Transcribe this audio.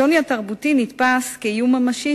השוני התרבותי נתפס כאיום ממשי,